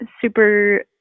super